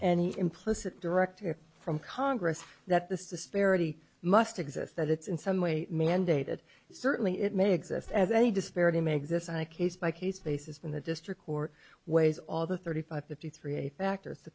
any implicit director from congress that this disparity must exist that it's in some way mandated certainly it may exist as a disparity make this a case by case basis when the district court weighs all the thirty five fifty three a factor the